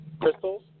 crystals